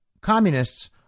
communists